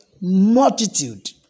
multitude